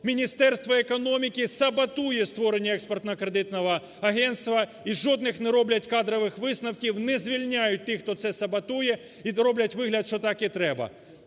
Міністерство економіки саботує створення Експортно-кредитного агентства і жодних не роблять кадрових висновків, не звільняють тих, хто це саботує, і роблять вигляд, що так і треба.